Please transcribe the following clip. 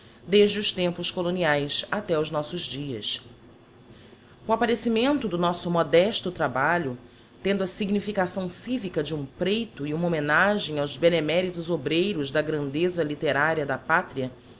desde os tempos coloniaes até os nossos dias o apparecimento do nosso modesto trabalho tendo a significação civica de um preito e uma homenagem aos beneméritos obreiros da grandeza literária da pátria